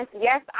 yes